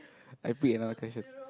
I pick another question